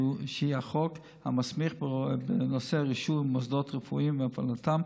שהיא החוק המסמיך בנושא רישוי מוסדות רפואיים והפעלתם,